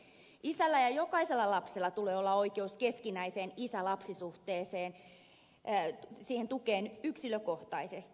isällä ja jokaisella lapsella tulee olla oikeus keskinäiseen isälapsi suhteeseen ja siihen tukeen yksilökohtaisesti